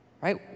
right